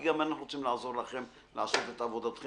כי גם אנחנו רוצים לעזור לכם לעשות את עבודתכם